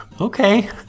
okay